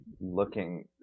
looking